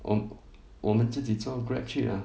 我我们自己做 grab 去 lah